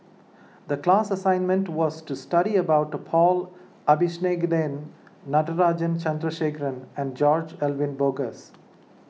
the class assignment was to study about Paul Abisheganaden Natarajan Chandrasekaran and George Edwin Bogaars